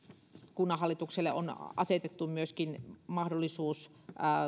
kunnanhallitukselle on asetettu myöskin mahdollisuus